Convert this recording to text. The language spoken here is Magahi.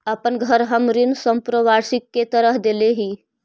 अपन घर हम ऋण संपार्श्विक के तरह देले ही